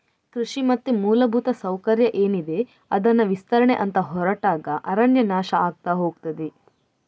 ಕೃಷಿ ಮತ್ತೆ ಮೂಲಭೂತ ಸೌಕರ್ಯ ಏನಿದೆ ಅದನ್ನ ವಿಸ್ತರಣೆ ಅಂತ ಹೊರಟಾಗ ಅರಣ್ಯ ನಾಶ ಆಗ್ತಾ ಹೋಗ್ತದೆ